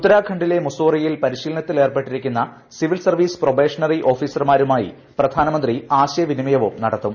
ഉത്തരാഖണ്ഡിലെ മുസ്സോറിയിൽ പരിശീലനത്തിൽ ഏർപ്പെട്ടിരിക്കുന്ന സിവിൽ സർവീസ് പ്രൊബേഷണറി ഓഫീസർ മാരുമായി പ്രധാനമന്ത്രി ആശയവിനിമയവും നടത്തും